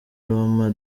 roma